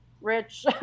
rich